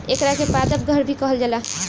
एकरा के पादप घर भी कहल जाला